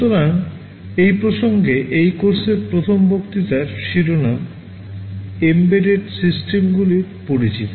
সুতরাং এই প্রসঙ্গে এই কোর্সের প্রথম বক্তৃতার শিরোনাম এম্বেডেড সিস্টেমগুলির পরিচিতি